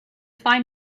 fine